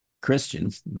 Christians